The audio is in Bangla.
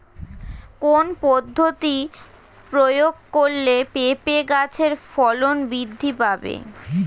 কোন পদ্ধতি প্রয়োগ করলে পেঁপে গাছের ফলন বৃদ্ধি পাবে?